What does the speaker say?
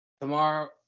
tomorrow